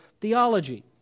theology